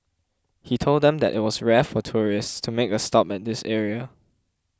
he told them that it was rare for tourists to make a stop at this area